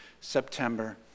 September